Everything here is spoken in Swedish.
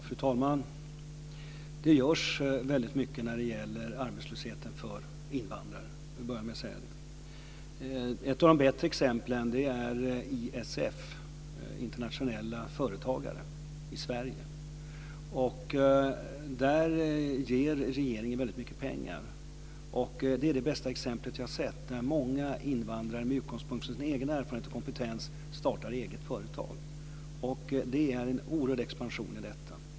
Fru talman! Det görs väldigt mycket för invandrare när det gäller arbetslösheten. Jag vill börja med att säga det. Ett av de bättre exemplen är IFS, Internationella Företagarföreningen i Sverige, som får väldigt mycket pengar från regeringen. Det är det bästa exemplet jag har sett. Många invandrare startar egna företag med utgångspunkt i sin egen erfarenhet och kompetens. Det är en oerhörd expansion i detta.